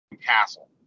castle